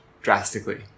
drastically